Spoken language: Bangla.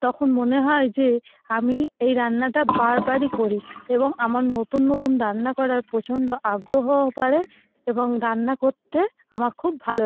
তখন মনে হয় যে আমি এই রান্নাটা বারবারই করি এবং আমার নতুন নতুন রান্না করার প্রচণ্ড আগ্রহও বাড়ে এবং রান্না করতে আমার খুব ভালো